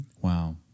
Wow